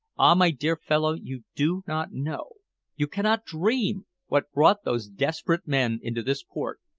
ah! my dear fellow, you do not know you cannot dream what brought those desperate men into this port.